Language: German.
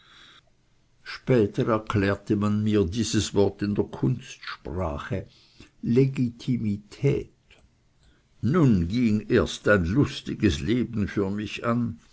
später erklärte man mir wie man dieses recht in der kunstsprache heiße nun ging erst ein lustiges leben für mich an